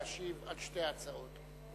להשיב על שתי ההצעות.